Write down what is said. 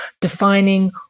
defining